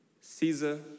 Caesar